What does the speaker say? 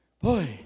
boy